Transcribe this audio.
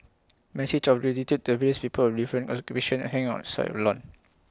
messages of gratitude to various people different occupations hang on side of lawn